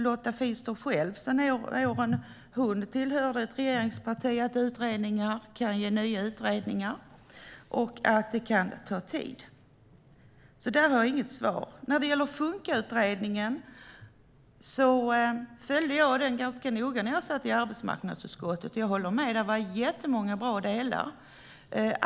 Lotta Finstorp vet sedan de år då hennes parti satt i regeringen att utredningar kan ge nya utredningar och att det kan ta tid. Där har jag alltså inget svar. Jag följde Funkautredningen ganska noga när jag satt i arbetsmarknadsutskottet. Jag håller med om att det fanns många bra delar i den.